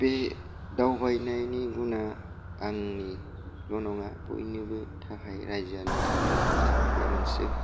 बे दावबायनायनि गुनआ आंनिल नङा बयनिबो थाखाय रायजोनि थाखाय मोजां बे मोनसे